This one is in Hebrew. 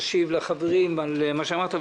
תשיב לחברים על מה שאמרת,